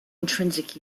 intrinsic